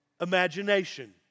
imagination